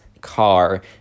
car